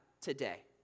today